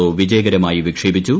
O വിജയകരമായി വിക്ഷേപ്പിച്ചു